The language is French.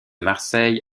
marseille